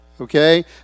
Okay